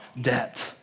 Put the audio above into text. debt